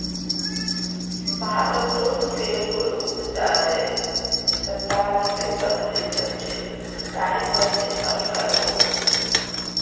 भारतोत गेहुंर उपाजेर संतानबे प्रतिशत क्षेत्र सिंचाई पर निर्भर करोह